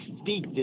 speak